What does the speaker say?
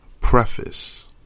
Preface